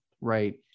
right